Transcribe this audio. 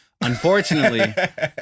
Unfortunately